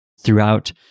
throughout